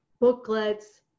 booklets